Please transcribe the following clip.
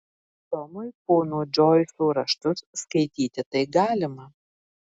tomui pono džoiso raštus skaityti tai galima